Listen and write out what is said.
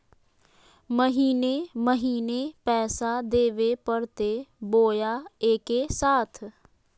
महीने महीने पैसा देवे परते बोया एके साथ?